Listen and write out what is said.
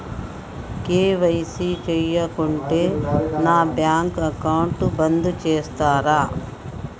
KYC చేయకుంటే నా bank account బంద్ చేస్తరా?